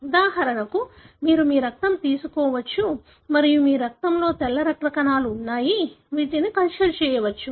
ఉదాహరణకు మీరు మీ రక్తం తీసుకోవచ్చు మరియు మీ రక్తంలో తెల్ల రక్త కణాలు ఉన్నాయి వీటిని కల్చర్ చేయవచ్చు